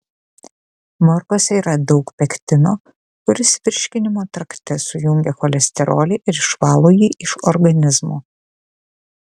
morkose yra daug pektino kuris virškinimo trakte sujungia cholesterolį ir išvalo jį iš organizmo